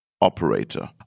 operator